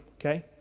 okay